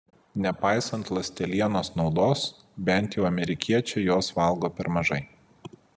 nepaisant ląstelienos naudos bent jau amerikiečiai jos valgo per mažai